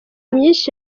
myinshi